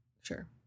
Sure